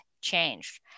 changed